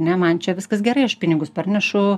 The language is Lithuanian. ne man čia viskas gerai aš pinigus parnešu